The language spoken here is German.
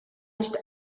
nicht